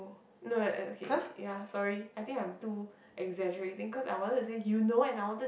no okay ya sorry I think I'm too exaggerating because I wanted to say you know and I wanted